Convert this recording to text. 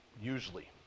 usually